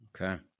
Okay